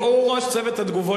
הוא ראש צוות התגובות של מר מופז.